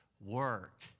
work